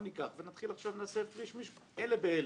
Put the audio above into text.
בוא ניקח ונעשה Frish mish אלה באלה.